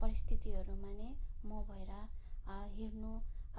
परिस्थितिहरूमा नै म भएर हेर्नु